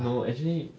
no actually